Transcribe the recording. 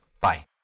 Bye